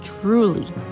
truly